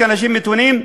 כאנשים מתונים,